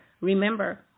remember